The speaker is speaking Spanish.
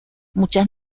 muchas